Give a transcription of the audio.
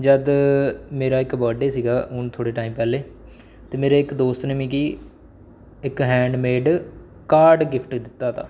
जद मेरा इक बर्थ डे सी गा हून थोह्ड़े टाइम पैहलें ते मेरे इक दोस्त ने मिगी इक हैंडमेड कार्ड गिफ्ट दित्ता हा